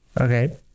Okay